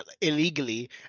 illegally